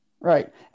Right